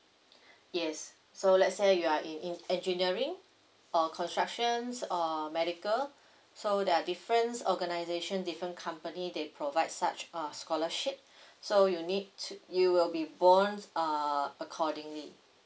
yes so let's say you are in in engineering or construction or medical so there're difference organization different company they provide such uh scholarship so you need you will be bonds uh accordingly